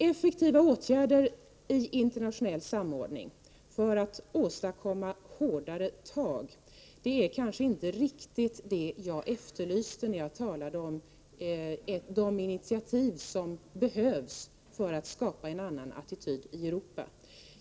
Effektiva åtgärder i internationell samordning för att åstadkomma hårdare tag är kanske inte riktigt vad jag efterlyste när jag talade om initiativ som behövs för att skapa en annan attityd i Europa.